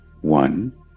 one